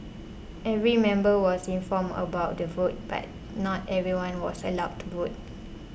every member was informed about the vote but not everyone was allowed to vote